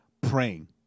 praying